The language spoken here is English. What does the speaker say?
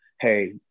hey